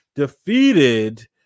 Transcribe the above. defeated